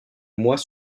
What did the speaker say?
mois